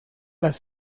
las